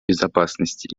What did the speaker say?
безопасности